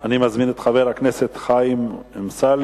אני מזמין את חבר הכנסת חיים אמסלם.